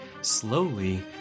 slowly